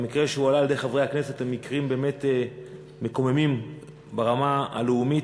המקרים שהועלו על-ידי חברי הכנסת הם מקרים באמת מקוממים ברמה הלאומית,